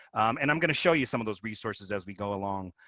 and i'm going to show you some of those resources as we go along.